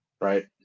right